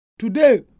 Today